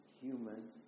human